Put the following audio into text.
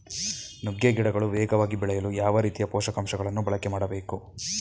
ನುಗ್ಗೆ ಗಿಡಗಳು ವೇಗವಾಗಿ ಬೆಳೆಯಲು ಯಾವ ರೀತಿಯ ಪೋಷಕಾಂಶಗಳನ್ನು ಬಳಕೆ ಮಾಡಬೇಕು?